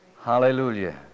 Hallelujah